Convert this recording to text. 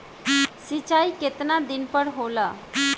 सिंचाई केतना दिन पर होला?